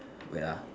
wait ah